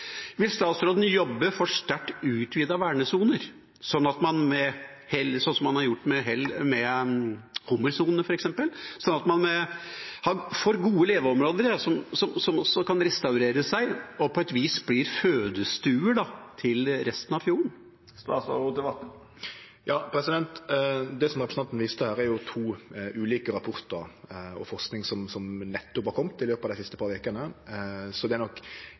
Vil statsråden jobbe for sterkt utvidede vernesoner, sånn som man med hell har gjort med hummersonene f.eks., så man får gode leveområder som også kan restaurere seg og på et vis blir fødestuer for resten av fjorden? Det representanten viser til her, er to ulike rapportar og forsking som har kome i løpet av dei siste par vekene. Vi må få lov til å gå litt djupare inn i det.